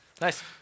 Nice